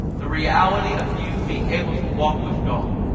the reality of you being able to walk with god